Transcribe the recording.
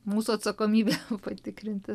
mūsų atsakomybė patikrinti